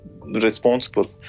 responsible